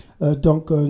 Donc